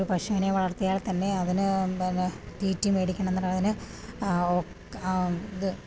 ഒരു പശുവിനെ വളർത്തിയാൽ തന്നെ അതിന് പിന്നെ തീറ്റി മേടിക്കണം അതിന് ഇത്